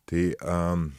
tai a